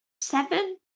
Seven